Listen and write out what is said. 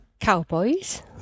cowboys